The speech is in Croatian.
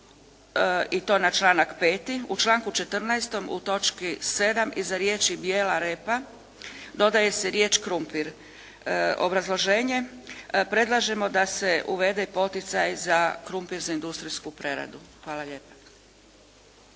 i to na članak 5., u članku 14. u točki 7. iza riječi "bijela repa" dodaje se riječ "krumpir". Obrazloženje, predlažemo da se uvede poticaj za krumpir za industrijsku preradu. Hvala lijepa.